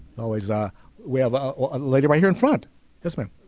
always a we have a lady right here in front yes ma'am